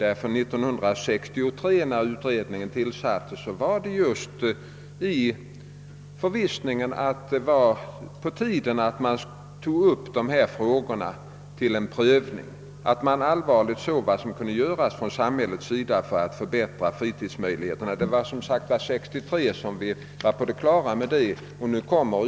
Utredningen tillsattes år 1963 just i förvissningen att det var på tiden att man tog upp dessa frågor till prövning och allvarligt undersökte vad samhället kunde göra för att förbättra möjligheterna att utnyttja fritiden. Detta var vi alltså på det klara med år 1963, och nu presenteras utredningens betänkande snart.